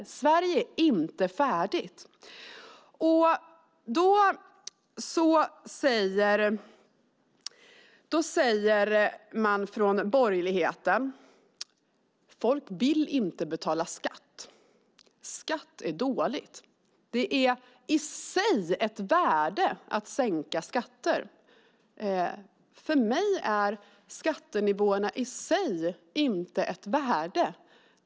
Sverige är inte färdigt. Man säger från borgerligheten: Folk vill inte betala skatt. Skatt är dåligt. Det har ett värde i sig att sänka skatter. För mig har skattenivåerna i sig inte ett värde.